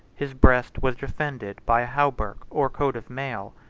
his breast was defended by a hauberk or coat of mail.